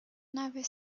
never